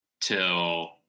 till